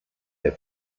der